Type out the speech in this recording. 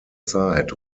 zeit